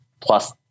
Plus